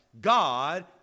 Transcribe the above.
God